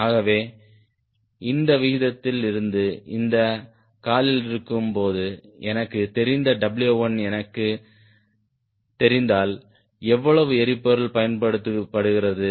ஆகவே இந்த விகிதத்தில் இருந்து இந்த காலில் இருக்கும் போது எனக்குத் தெரிந்த W1 எனக்குத் தெரிந்தால் எவ்வளவு எரிபொருள் பயன்படுத்தப்படுகிறது